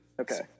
Okay